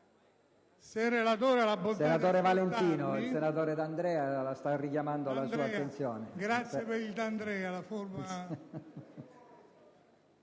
Senatore Valentino, il senatore Pastore sta richiamando la sua attenzione.